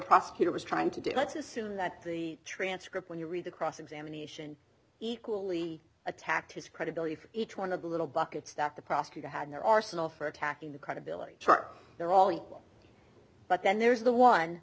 prosecutor was trying to do let's assume that the transcript when you read the cross examination equally attacked his credibility for each one of the little buckets that the prosecutor had their arsenal for attacking the credibility chart they're all equal but then there's the one